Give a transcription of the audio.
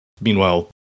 Meanwhile